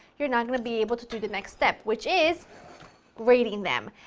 you're not going to be able to do the next step which is grating them.